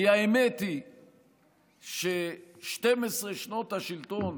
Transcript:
כי האמת היא ש-12 שנות השלטון